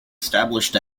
established